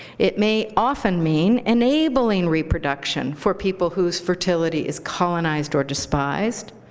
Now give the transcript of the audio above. it may often mean enabling reproduction for people whose fertility is colonized or despised,